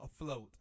afloat